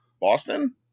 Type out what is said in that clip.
Boston